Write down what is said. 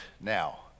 now